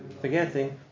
forgetting